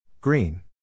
Green